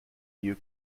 you